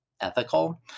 ethical